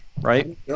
right